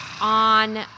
On